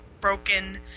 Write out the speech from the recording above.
broken